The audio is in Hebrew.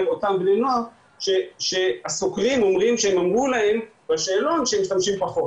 אותם בני נוער שהסוקרים אומרים שהם אמרו להם בשאלון שהם משתמשים פחות,